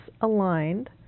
aligned